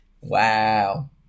wow